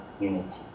unity